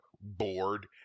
bored